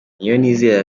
niyonizera